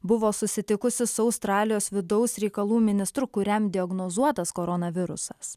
buvo susitikusi su australijos vidaus reikalų ministru kuriam diagnozuotas koronavirusas